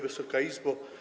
Wysoka Izbo!